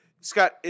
Scott